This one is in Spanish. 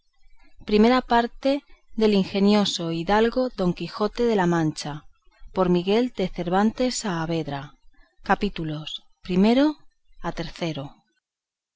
segunda parte del ingenioso caballero don quijote de la mancha por miguel de cervantes saavedra